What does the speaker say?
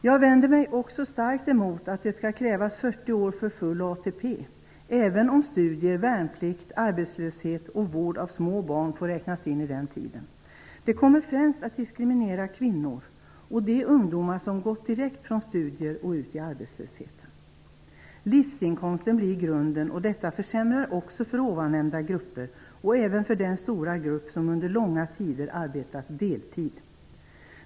Jag vänder mig också starkt emot att det skall krävas 40 års tjänstgöring för full ATP, även om studier, värnplikt, arbetslöshet och vård av små barn får räknas in i den tiden. Det kommer främst att diskriminera kvinnor och de ungdomar som gått direkt från studier till arbetslöshet. Livsinkomsten blir grunden, vilket också försämrar för tidigare nämnda grupper och även för den stora grupp som under långa tider arbetat deltid.